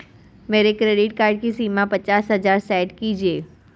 मेरे credit card की सीमा पचास हजार सेट कीजिए